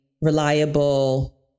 reliable